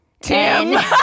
Tim